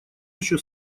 еще